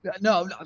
no